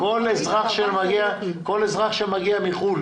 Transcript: כל אזרח שמגיע מחו"ל